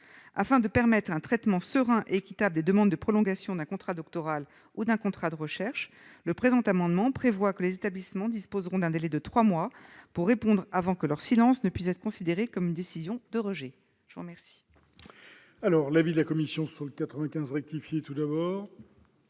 Afin de permettre un traitement serein et équitable des demandes de prolongation d'un contrat doctoral ou d'un contrat de recherche, le présent amendement vise à ce que les établissements disposent d'un délai de trois mois pour répondre avant que leur silence ne puisse être considéré comme une décision de rejet. Quel est l'avis de la commission sur ces deux amendements